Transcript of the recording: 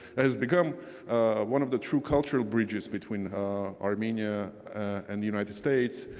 has become one of the true cultural bridges between armenia and the united states.